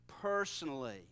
personally